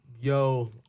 Yo